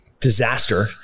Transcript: Disaster